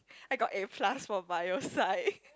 I got A plus for bio psych